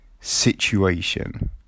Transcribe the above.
situation